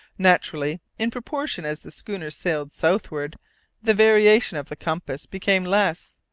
naturally, in proportion as the schooner sailed southwards the variation of the compass became less,